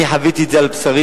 אני חוויתי את זה על בשרי,